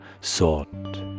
sought